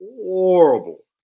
horrible